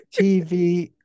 TV